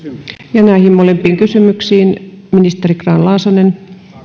vastaukset näihin molempiin kysymyksiin ministeri grahn laasonen